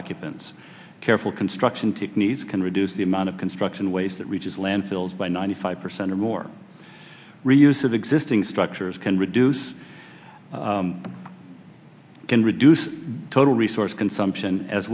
occupants careful construction techniques can reduce the amount of construction waste that reaches landfills by ninety five percent or more reuse of existing structures can reduce can reduce total resource consumption as